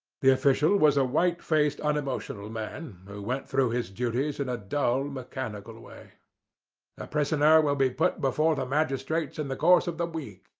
the official was a white-faced unemotional man, who went through his duties in a dull mechanical way. the ah prisoner will be put before the magistrates in the course of the week,